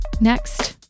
next